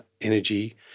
energy